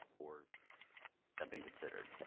or that been considered?